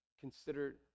consider